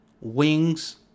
wings